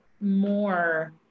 more